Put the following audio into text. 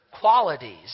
qualities